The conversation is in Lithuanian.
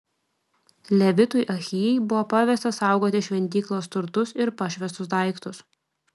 levitui ahijai buvo pavesta saugoti šventyklos turtus ir pašvęstus daiktus